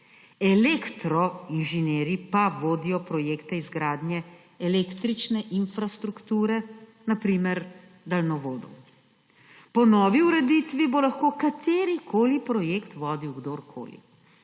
elektroinženirji pa vodijo projekte izgradnje električne infrastrukture, na primer daljnovodov. Po novi ureditvi bo lahko katerikoli projekt vodil kdorkoli.